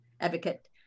advocate